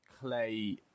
clay